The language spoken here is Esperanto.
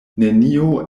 nenio